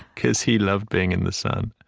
because he loved being in the sun